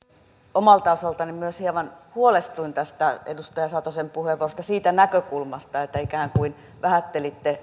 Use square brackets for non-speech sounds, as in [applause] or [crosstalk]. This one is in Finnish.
omalta osaltani myös hieman huolestuin tästä edustaja satosen puheenvuorosta siitä näkökulmasta että ikään kuin vähättelitte [unintelligible]